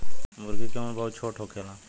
मूर्गी के उम्र बहुत छोट होखेला